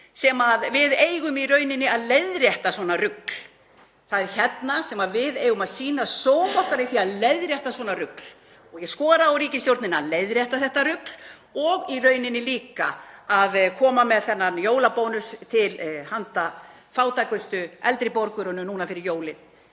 sem við eigum í rauninni að leiðrétta svona rugl. Það er hérna sem við eigum að sýna sóma okkar í því að leiðrétta svona rugl. Ég skora á ríkisstjórnina að leiðrétta þetta rugl og í rauninni líka að koma með þennan jólabónus til handa fátækustu eldri borgurunum núna fyrir jólin.